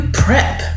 prep